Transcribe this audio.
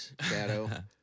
Shadow